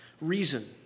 reason